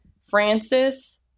Francis